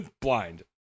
blind